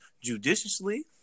judiciously